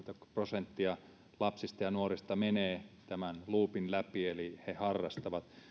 prosenttia lapsista ja nuorista menee tämän luupin läpi eli he harrastavat